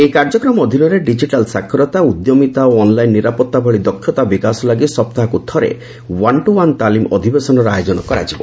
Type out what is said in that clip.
ଏହି କାର୍ଯ୍ୟକ୍ରମ ଅଧୀନରେ ଡିକିଟାଲ୍ ସାକ୍ଷରତା ଉଦ୍ୟମିତା ଓ ଅନ୍ଲାଇନ୍ ନିରାପତ୍ତା ଭଳି ଦକ୍ଷତା ବିକାଶ ଲାଗି ସପ୍ତାହକୁ ଥରେ ୱାନ୍ ଟୁ ୱାନ୍ ତାଲିମ୍ ଅଧିବେଶନର ଆୟୋଜନ କରାଯିବ